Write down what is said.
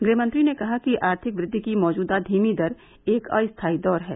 गृहमंत्री ने कहा कि आर्थिक वृद्वि की मौजूदा धीमी दर एक अस्थायी दौर है